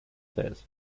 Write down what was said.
sees